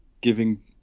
giving